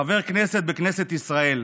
חבר כנסת בכנסת ישראל,